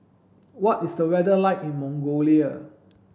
what is the weather like in Mongolia